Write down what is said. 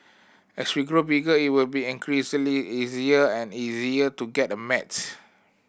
as we grow bigger it will be increasingly easier and easier to get a